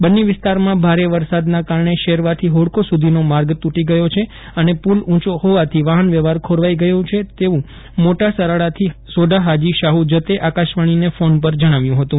બન્ની વિસ્તારમાં ભારે વરસાદના કારણે શેરવાથી જોડકો સુધીનો માર્ગ તૂટી ગયો છે અને પુલ ઉંચો જોવાથી વાફન વ્યવફાર પર ખોરવાઈ ગયો છે તેવું મોટા સરાડાથી સોઢા ફાજી શાફુ જતે આકાશવાણીને ફોન પર જણાવ્યું હતું